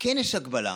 כן יש הגבלה.